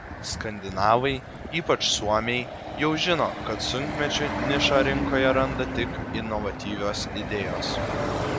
skandinavai ypač suomiai jau žino kad sunkmečiu nišą rinkoje randa tik inovatyvios idėjos